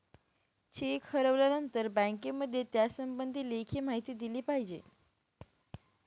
check हरवल्यानंतर बँकेमध्ये त्यासंबंधी लेखी माहिती दिली पाहिजे